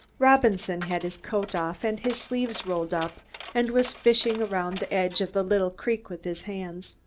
robinson had his coat off and his sleeves rolled up and was fishing around the edge of the little creek with his hands.